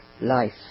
life